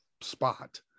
spot